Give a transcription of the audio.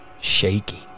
shaking